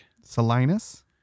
Salinas